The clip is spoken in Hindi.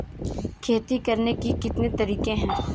खेती करने के कितने तरीके हैं?